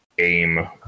Aim